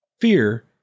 Fear